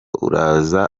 uraza